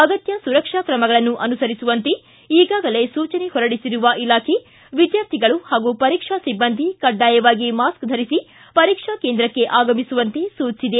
ಅಗತ್ಯ ಸುರಕ್ಷಾ ಕ್ರಮಗಳನ್ನು ಅನುಸರಿಸುವಂತೆ ಈಗಾಗಲೇ ಸೂಚನೆ ಹೊರಡಿಸಿರುವ ಇಲಾಖೆ ವಿದ್ಯಾರ್ಥಿಗಳು ಹಾಗೂ ಪರೀಕ್ಷಾ ಸಿಬ್ಲಂದಿ ಕಡ್ಡಾಯವಾಗಿ ಮಾಸ್ಟ ಧರಿಸಿ ಪರೀಕ್ಷಾ ಕೇಂದ್ರಕ್ಕೆ ಆಗಮಿಸುವಂತೆ ಸೂಚಿಸಿದೆ